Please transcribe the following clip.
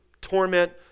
torment